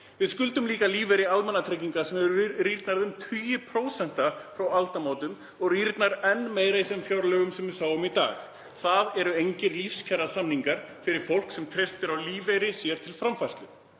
Við skuldum líka lífeyri almannatrygginga sem hefur rýrnað um tugi prósenta frá aldamótum og rýrnar enn meira í því fjárlagafrumvarpi sem við sáum í dag. Það eru engir lífskjarasamningar fyrir fólk sem treystir á lífeyri sér til framfærslu.